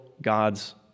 God's